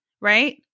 right